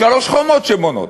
יש שלוש חומות שמונעות: